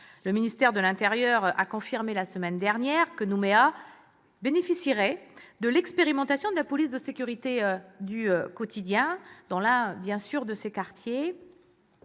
Le ministre de l'intérieur a confirmé, la semaine dernière, que Nouméa bénéficierait de l'expérimentation de la police de sécurité du quotidien dans l'un de ses quartiers,